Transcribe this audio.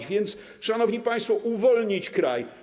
A więc, szanowni państwo, uwolnić kraj.